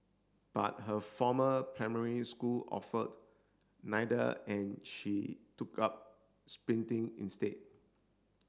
but her former primary school offered neither and she took up sprinting instead